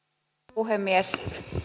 puhemies